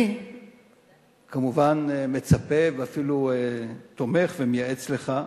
אני כמובן מצפה, ואפילו תומך ומייעץ לך,